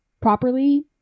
properly